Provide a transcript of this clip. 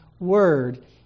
word